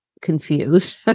confused